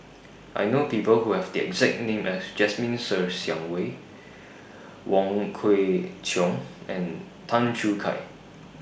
I know People Who Have The exact name as Jasmine Ser Xiang Wei Wong Kwei Cheong and Tan Choo Kai